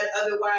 otherwise